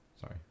Sorry